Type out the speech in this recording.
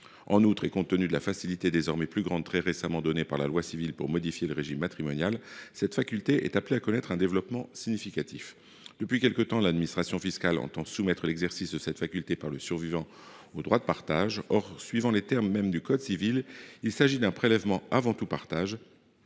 En outre, compte tenu de la facilité, désormais plus grande, très récemment donnée par la loi civile pour modifier le régime matrimonial, cette faculté est appelée à connaître un développement significatif. Depuis quelque temps, l’administration fiscale entend soumettre l’exercice de cette faculté par le survivant au droit de partage. Or, selon les termes mêmes du code civil, il s’agit d’un prélèvement « avant tout partage